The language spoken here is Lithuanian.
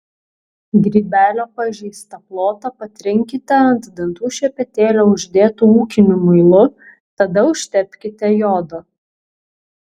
grybelio pažeistą plotą patrinkite ant dantų šepetėlio uždėtu ūkiniu muilu tada užtepkite jodo